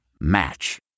Match